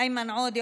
איימן עודה,